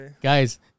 Guys